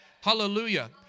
Hallelujah